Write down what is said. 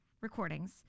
recordings